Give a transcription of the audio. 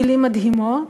מילים מדהימות,